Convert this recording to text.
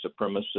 supremacist